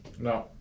No